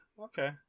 okay